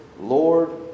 Lord